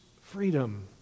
freedom